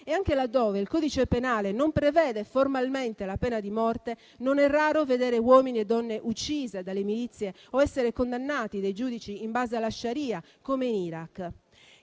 Anche laddove il codice penale non prevede formalmente la pena di morte, non è raro vedere uomini e donne uccisi dalle milizie o essere condannati dai giudici in base alla *sharia*, come in Iraq.